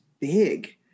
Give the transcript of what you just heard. big